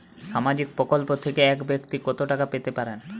সামাজিক প্রকল্প থেকে এক ব্যাক্তি কত টাকা পেতে পারেন?